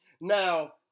Now